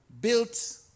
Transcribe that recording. built